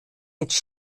jetzt